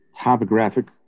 topographic